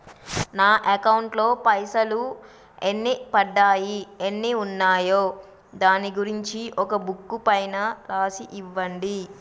నా అకౌంట్ లో పైసలు ఎన్ని పడ్డాయి ఎన్ని ఉన్నాయో దాని గురించి ఒక బుక్కు పైన రాసి ఇవ్వండి?